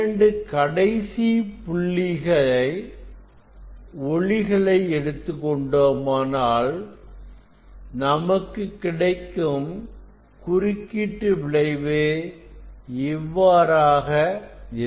2 கடைசி புள்ளிகளில் ஒளிகளை எடுத்துக் கொண்டோமானால் நமக்கு கிடைக்கும் குறுக்கீட்டு விளைவு இவ்வாறாக இருக்கும்